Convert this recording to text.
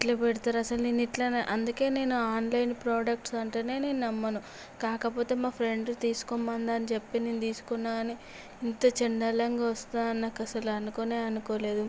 ఇట్ల పెడితే అసలు నేను ఇట్లా అందుకే నేను ఆన్లైన్ ప్రొడక్ట్స్ అంటేనే నేను నమ్మను కాకపోతే మా ఫ్రెండ్ తీసుకోమందని చెప్పింది తీసుకున్నా ఇంత చెండాలంగా వస్తుంది అని నేను అస్సలు అనుకునే అనుకోలేదు